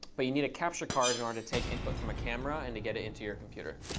but you need a capture card in order to take input from a camera and to get it into your computer.